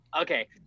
Okay